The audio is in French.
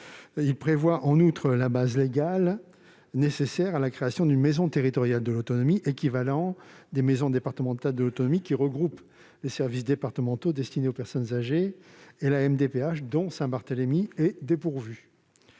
à prévoir la base légale nécessaire à la création d'une maison territoriale de l'autonomie, équivalent des maisons départementales de l'autonomie qui regroupent les services départementaux destinés aux personnes âgées et la maison départementale